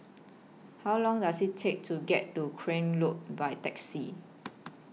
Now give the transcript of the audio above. How Long Does IT Take to get to Craig Road By Taxi